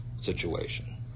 situation